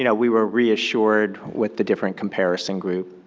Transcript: you know we were reassured with the different comparison group,